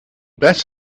bet